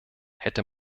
hätte